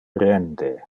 rende